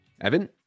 Evan